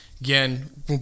Again